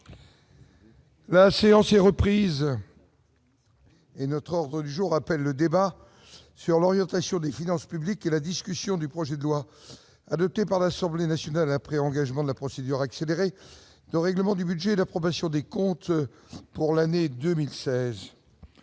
La séance est reprise et notre ordre du jour appelle le débat sur l'orientation des finances publiques et la discussion du projet de loi adopté par l'Assemblée nationale après engagement de la procédure accélérée le règlement du budget d'approbation des comptes pour l'année 2016,